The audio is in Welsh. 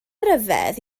ryfedd